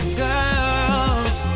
girls